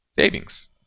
savings